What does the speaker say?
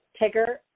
Tigger